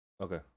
Okay